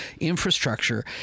infrastructure